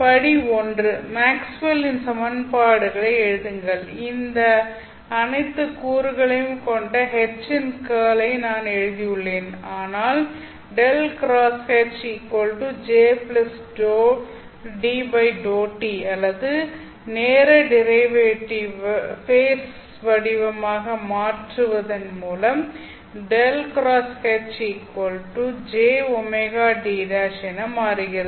படி 1 மேக்ஸ்வெல்லின் Maxwell's சமன்பாடுகளை எழுதுங்கள் இந்த அனைத்து கூறுகளையும் கொண்ட H இன் கேர்ள் ஐ நான் எழுதியுள்ளேன் ஆனால் 𝛻×HJ∂ D∂t அல்லது நேர டிரைவேட்டிவ் ஐ ஃபேஸ் வடிவமாக மாற்றுவதன் மூலம் 𝛻× H'jωD' என்று மாறுகிறது